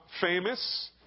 famous